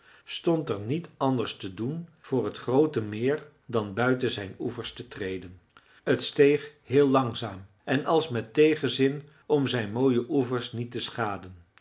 stond er niet anders te doen voor het groote meer dan buiten zijn oevers te treden het steeg heel langzaam en als met tegenzin om zijn mooie oevers niet te schaden